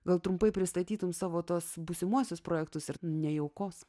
gal trumpai pristatytumei savo tuos būsimuosius projektus ir nejaukus